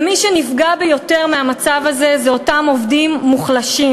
מי שנפגע ביותר מהמצב הזה זה אותם עובדים מוחלשים,